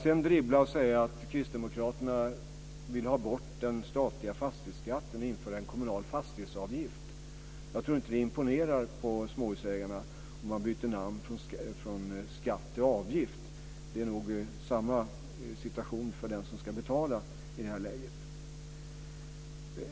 Sedan dribblar man och säger att kristdemokraterna vill ha bort den statliga fastighetsskatten och införa en kommunal fastighetsavgift. Jag tror inte att det imponerar på småhusägarna om man byter namn från skatt till avgift. Det är nog samma situation för den som ska betala i det här läget.